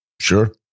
Sure